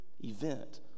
event